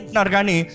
Nargani